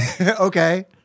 Okay